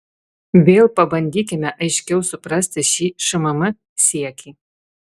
vėl pabandykime aiškiau suprasti šį šmm siekį